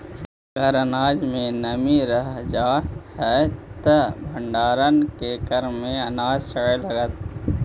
अगर अनाज में नमी रह जा हई त भण्डारण के क्रम में अनाज सड़े लगतइ